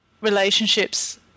relationships